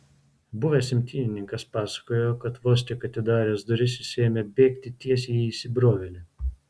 buvęs imtynininkas pasakojo kad vos tik atidaręs duris jis ėmė bėgti tiesiai į įsibrovėlį